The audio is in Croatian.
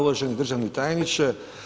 Uvaženi državni tajniče.